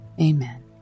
amen